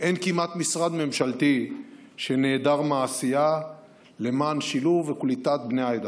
אין כמעט משרד ממשלתי שאינו שותף לעשייה למען שילוב וקליטה של בני העדה.